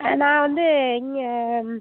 ஆ நான் வந்து இங்கே